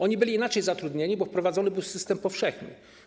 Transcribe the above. Oni byli inaczej zatrudnieni, bo wprowadzony był system powszechny.